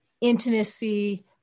intimacy